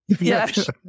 yes